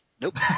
Nope